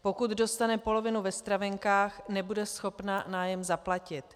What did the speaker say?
Pokud dostane polovinu ve stravenkách, nebude schopna nájem zaplatit.